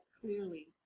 clearly